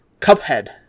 Cuphead